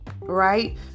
right